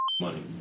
money